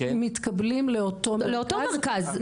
מתקבלים לאותו מרכז,